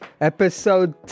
episode